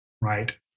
Right